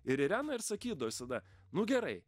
ir irena ir sakydavo visada nu gerai